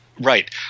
Right